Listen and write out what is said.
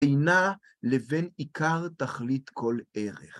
אינה לבין עיקר תכלית כל ערך.